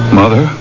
mother